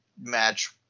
match